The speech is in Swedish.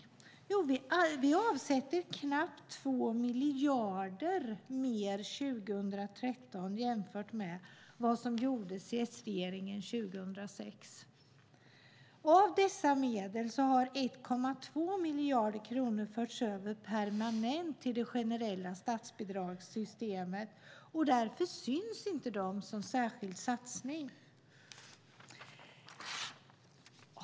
Jo, vi avsätter knappt 2 miljarder mer 2013 än vad som avsattes av S-regeringen 2006. Av dessa medel har 1,2 miljarder kronor förts över permanent till det generella statsbidragssystemet, och därför syns de inte som särskild satsning.